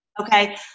okay